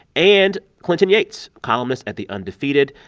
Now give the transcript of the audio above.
and clinton yates, columnist at the undefeated,